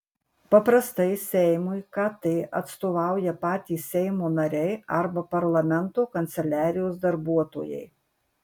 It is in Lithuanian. paprastai seimui kt atstovauja patys seimo nariai arba parlamento kanceliarijos darbuotojai